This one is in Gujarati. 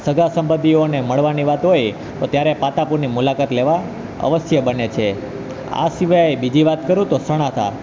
સગાસંબંધીઓને મળવાની વાત હોય તો ત્યારે પાતાપુરની મુલાકાત લેવા અવશ્ય બને છે આ સિવાય બીજી વાત કરું તો સણાથા